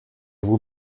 vous